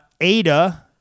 Ada